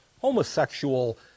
homosexual